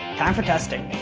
time for testing.